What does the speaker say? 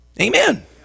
Amen